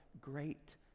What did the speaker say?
Great